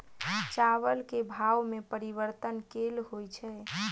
चावल केँ भाव मे परिवर्तन केल होइ छै?